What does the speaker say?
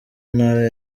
ntara